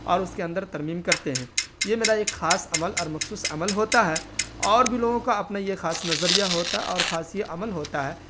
اور اس کے اندر ترمیم کرتے ہیں یہ میرا ایک خاص عمل اور مخصوص عمل ہوتا ہے اور بھی لوگوں کا اپنا یہ خاص نظریہ ہوتا ہے اور خاص یہ عمل ہوتا ہے